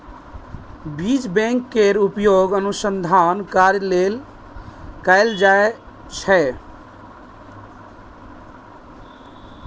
बीज बैंक केर उपयोग अनुसंधान कार्य लेल कैल जाइ छै